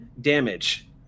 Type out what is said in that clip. damage